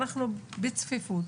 אנחנו בצפיפות,